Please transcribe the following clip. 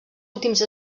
últims